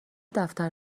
دفتر